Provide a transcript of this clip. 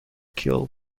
kill